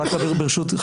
רק אבהיר ברשות,